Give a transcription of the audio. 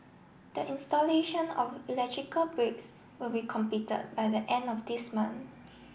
the installation of electrical breaks will be completed by the end of this month